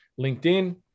LinkedIn